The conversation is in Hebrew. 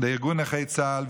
לארגון נכי צה"ל,